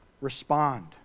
respond